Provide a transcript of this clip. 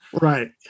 Right